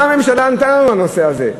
מה הממשלה ענתה לנו על הנושא הזה?